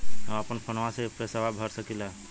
हम अपना फोनवा से ही पेसवा भर सकी ला?